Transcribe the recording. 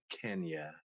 Kenya